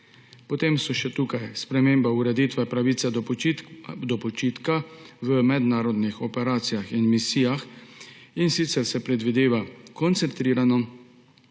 Potem je tukaj še sprememba ureditve pravice do počitka na mednarodnih operacijah in misijah, in sicer se predvideva koncentrirano